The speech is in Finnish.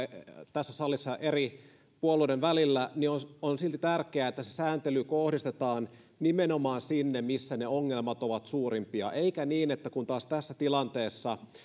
tässä salissa eri puolueiden välillä niin minusta on silti tärkeää että se sääntely kohdistetaan nimenomaan sinne missä ne ongelmat ovat suurimpia eikä tässä tilanteessa kun